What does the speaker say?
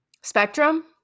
spectrum